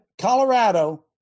Colorado